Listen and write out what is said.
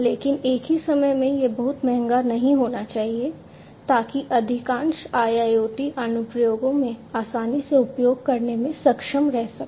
लेकिन एक ही समय में यह बहुत महंगा नहीं होना चाहिए ताकि अधिकांश IIoT अनुप्रयोगों में आसानी से उपयोग करने में सक्षम रह सके